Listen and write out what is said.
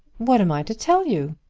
what am i to tell you?